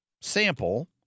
sample